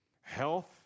health